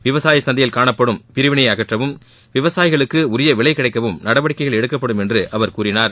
விவசாய சந்தையில் காணப்படும் பிரிவினையை அகற்றவும் விவசாயிகளுக்கு உரிய விலை கிடைக்கவும் நடவடிக்கைகள் எடுக்கப்படும் என்று அவர் கூறினார்